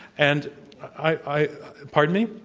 and i pardon me?